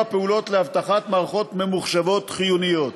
פעולות לאבטחת מערכות ממוחשבות חיוניות.